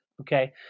okay